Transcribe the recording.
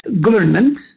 government